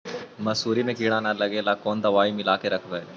मसुरी मे किड़ा न लगे ल कोन दवाई मिला के रखबई?